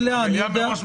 מליאה.